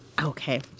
Okay